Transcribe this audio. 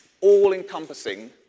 all-encompassing